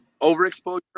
Overexposure